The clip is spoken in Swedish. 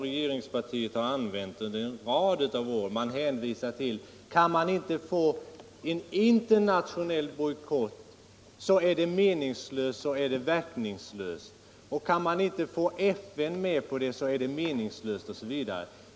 Regeringspartiets argumentation under en rad år har ständigt gått ut på detta: Kan man inte få en internationell bojkott och kan man inte få FN med, så är det hela meningslöst och verkningslöst.